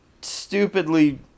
stupidly